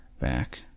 back